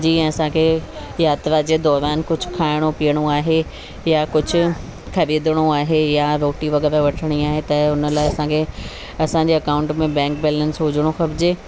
जीअं असांखे यात्रा जे दौरान कुझु खाइणो पीअणो आहे या कुझु ख़रीदणो आहे या रोटी वग़ैरह वठिणी आहे त उन लाइ असांखे असांजे अकाऊंट में बैंक बेलेंस हुजिणो खपिजे